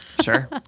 Sure